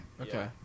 Okay